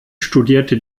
studierte